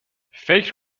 فکر